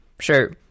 Sure